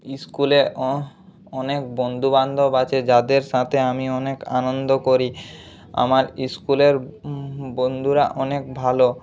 ইস্কুলে অনেক বন্ধু বান্ধব আছে যাদের সাথে আমি অনেক আনন্দ করি আমার ইস্কুলের বন্ধুরা অনেক ভালো